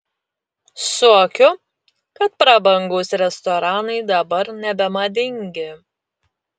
suokiu kad prabangūs restoranai dabar nebemadingi